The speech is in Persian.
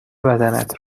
بدنت